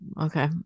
okay